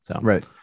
Right